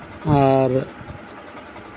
ᱟᱨ